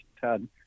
Tad